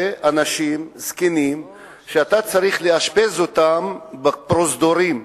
אנשים זקנים שאתה צריך לאשפז אותם בפרוזדורים,